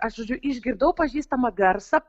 aš žodžiu išgirdau pažįstamą garsą